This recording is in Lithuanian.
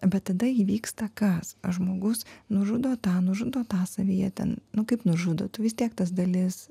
bet tada įvyksta kas žmogus nužudo tą nužudo tą savyje ten nu kaip nužudo tu vis tiek tas dalis